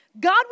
God